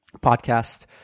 podcast